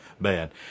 bad